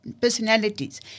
personalities